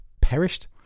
Perished